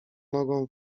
nogą